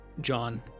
John